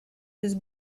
his